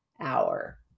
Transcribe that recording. hour